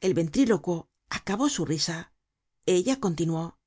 el ventrilocuo acabó su risa ella continuó